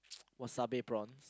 wasabi prawns